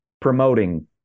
promoting